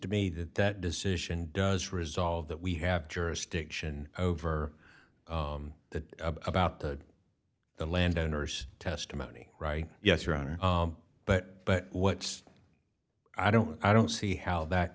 to me that that decision does resolve that we have jurisdiction over that about the landowners testimony right yes your honor but but what i don't i don't see how that